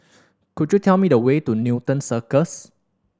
could you tell me the way to Newton Cirus